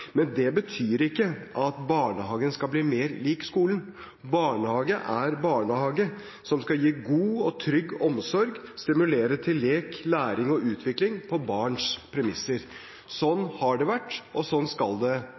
Men det betyr ikke at barnehagen skal bli mer lik skolen. Barnehage er barnehage, som skal gi god og trygg omsorg og stimulere til lek, læring og utvikling på barns premisser. Sånn har det vært, og sånn skal det